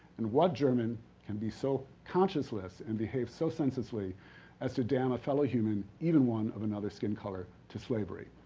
and what german can be so conscienceless and behave so senselessly as to damn a fellow human, even one of another skin color, to slavery?